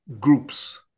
groups